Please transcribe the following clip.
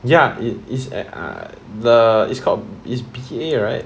ya it is at ah the is called is P_A right